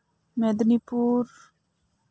Medinipur